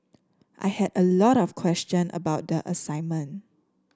I had a lot of question about the assignment